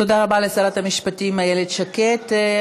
תודה רבה לשרת המשפטים איילת שקד.